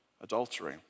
adultery